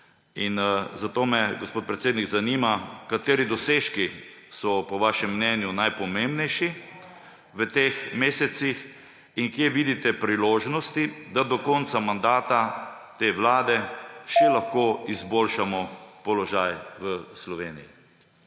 Zato me, gospod predsednik, zanima: Kateri dosežki so po vašem mnenju najpomembnejši v teh mesecih? Kje vidite priložnosti, da do konca mandata te vlade še lahko izboljšamo položaj v Sloveniji?